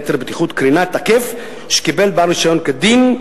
היתר בטיחות קרינה תקף שקיבל בעל רשיון כדין,